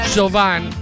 Sylvain